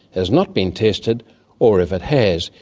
has not been tested or, if it has,